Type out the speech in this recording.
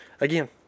again